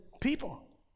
people